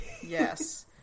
Yes